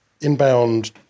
inbound